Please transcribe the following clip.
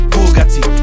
Bugatti